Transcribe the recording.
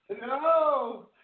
No